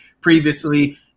previously